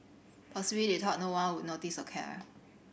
possibly they thought no one would notice or care